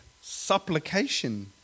supplication